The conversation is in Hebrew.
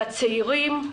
לצעירים,